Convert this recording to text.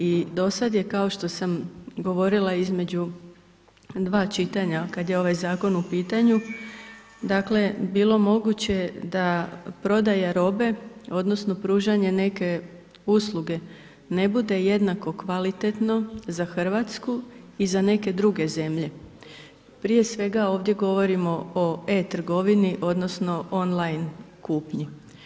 I do sad je kao što sam govorila između dva čitanja kad je ovaj Zakon u pitanju, dakle, bilo moguće da prodaja robe odnosno pružanje neke usluge, ne bude jednako kvalitetno za Hrvatsku i za neke druge zemlje, prije svega ovdje govorimo o e-trgovini, odnosno online kupnji.